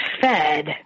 fed